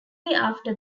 after